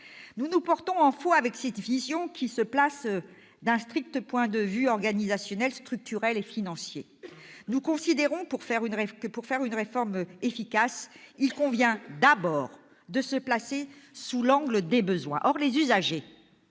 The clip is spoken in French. Nous nous inscrivons en faux contre cette vision qui se place d'un strict point de vue organisationnel, structurel et financier. Nous considérons que, pour faire une réforme efficace, il convient d'abord de prendre en compte les besoins. Or les usagers